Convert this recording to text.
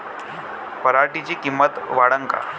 पराटीची किंमत वाढन का?